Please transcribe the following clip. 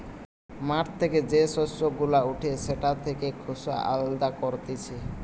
মাঠ থেকে যে শস্য গুলা উঠে সেটা থেকে খোসা আলদা করতিছে